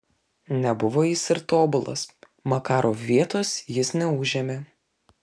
nebuvo jis ir tobulas makarov vietos jis neužėmė